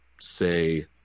say